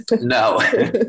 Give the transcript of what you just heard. No